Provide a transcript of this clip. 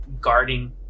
guarding